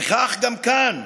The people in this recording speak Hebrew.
וכך גם כאן: